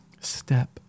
step